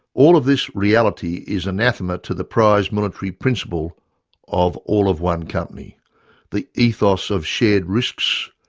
all of this reality is anathema to the prized military principle of all of one company' the ethos of shared risks,